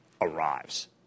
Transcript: arrives